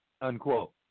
unquote